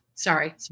Sorry